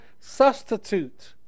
substitute